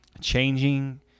changing